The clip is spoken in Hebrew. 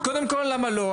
קודם כל למה לא.